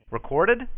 Recorded